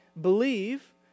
believe